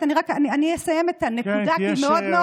אני אסיים את הנקודה כי היא מאוד מאוד חשובה,